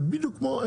זה כמו הקורונה,